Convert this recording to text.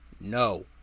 no